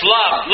love